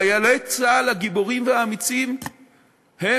חיילי צה"ל הגיבורים והאמיצים הם,